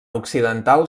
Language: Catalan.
occidental